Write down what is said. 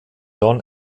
john